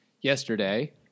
yesterday